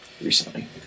recently